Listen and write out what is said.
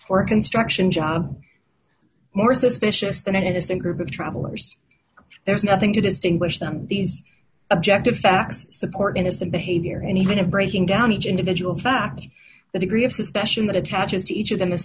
a construction job more suspicious than it is a group of travelers there is nothing to distinguish them these objective facts support is a behavior and even of breaking down each individual fact the degree of suspension that attaches to each of them is